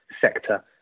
sector